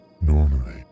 Normally